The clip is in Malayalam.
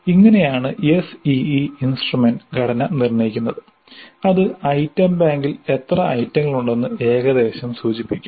ഇങ്ങനെയാണ് SEE ഇൻസ്ട്രുമെന്റ് ഘടന നിർണ്ണയിക്കുന്നത് അത് ഐറ്റം ബാങ്കിൽ എത്ര ഐറ്റങ്ങളുണ്ടെന്ന് ഏകദേശം സൂചിപ്പിക്കും